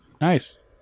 Nice